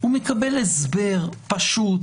הוא מקבל הסבר פשוט,